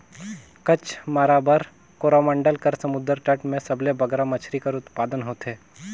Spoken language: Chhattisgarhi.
कच्छ, माराबार, कोरोमंडल कर समुंदर तट में सबले बगरा मछरी कर उत्पादन होथे